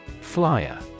Flyer